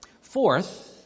Fourth